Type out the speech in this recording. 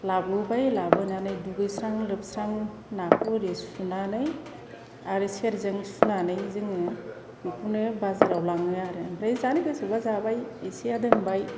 लाबोबाय लाबोनानै दुगैस्रां लोबस्रां नाखौ ओरै सुनानै आरो सेरजों सुनानै जोंङो बेखौनो बाजाराव लाङो आरो ओमफ्राय जानो गोसोबा जाबाय एसेआ दोनबाय